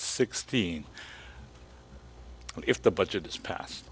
sixteen if the budget is past